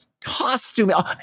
costume